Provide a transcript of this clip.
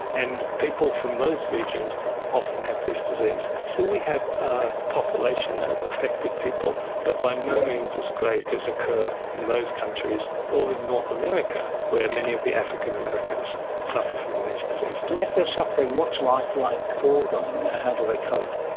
and people from those regions often have this disease. so we have a population of affected people but by no means as great as occur in those countries or in north america were many of the african americans suffer from these diseases. and if they are suffering, what's life like for them? how do they cope?